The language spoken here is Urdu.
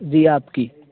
جی آپ کی